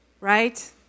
Right